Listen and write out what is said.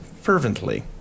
fervently